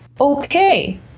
Okay